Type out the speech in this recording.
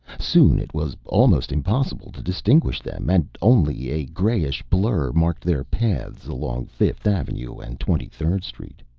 soon it was almost impossible to distinguish them, and only a grayish blur marked their paths along fifth avenue and twenty-third street.